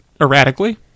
erratically